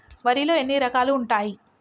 వరిలో ఎన్ని రకాలు ఉంటాయి?